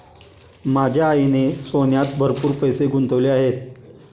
माझ्या आईने सोन्यात भरपूर पैसे गुंतवले आहेत